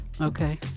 Okay